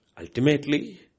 Ultimately